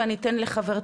ואני אתן לחברתי,